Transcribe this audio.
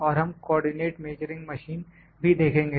और हम coordinate measuring machine भी देखेंगे